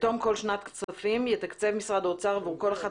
בתום כל שנת כספים יתקצב משרד האוצר עבור כל אחת